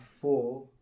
four